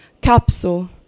capsule